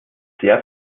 sehr